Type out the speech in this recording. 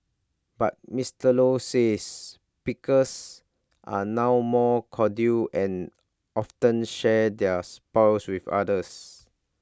but Mister low says pickers are now more cordial and often share their spoils with others